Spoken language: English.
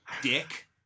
Dick